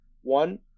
One